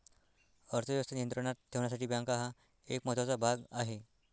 अर्थ व्यवस्था नियंत्रणात ठेवण्यासाठी बँका हा एक महत्त्वाचा भाग आहे